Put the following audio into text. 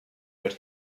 but